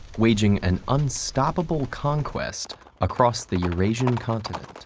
waging an unstoppable conquest across the eurasian continent.